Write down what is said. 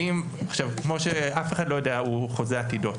עכשיו כמו שאף אחד לא חוזה עתידות,